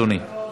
אדוני.